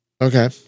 Okay